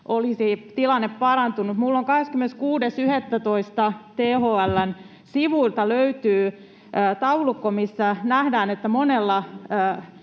olisi tilanne parantunut. 26.11. THL:n sivuilta löytyy taulukko, missä nähdään, miten